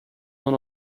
one